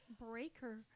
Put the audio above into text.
breaker